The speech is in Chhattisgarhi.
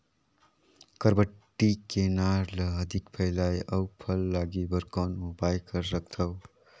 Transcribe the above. बरबट्टी के नार ल अधिक फैलाय अउ फल लागे बर कौन उपाय कर सकथव?